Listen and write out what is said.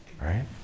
Right